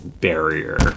barrier